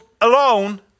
alone